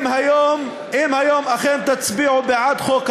אם היום אכן תצביעו בעד חוק ההסדרה,